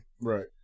right